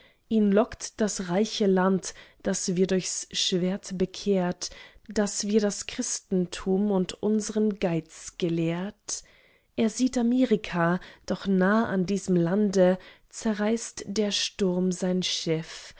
ihn lockt das reiche land das wir durchs schwert bekehrt das wir das christentum und unsern geiz gelehrt er sieht amerika doch nah an diesem lande zerreißt der sturm sein schiff